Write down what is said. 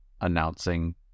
announcing